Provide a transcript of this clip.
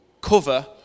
cover